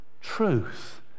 truth